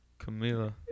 Camila